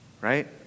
right